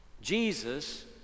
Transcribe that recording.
Jesus